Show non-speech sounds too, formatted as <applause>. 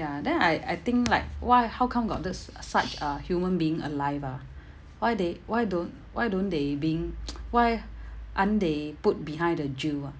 ya then I I think like why how come got this such a human being alive ah why they why don't why don't they being <noise> why aren't they put behind the jail ah